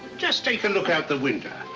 just take a look out the window